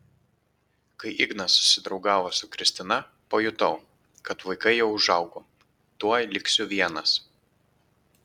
kai ignas susidraugavo su kristina pajutau kad vaikai jau užaugo tuoj liksiu vienas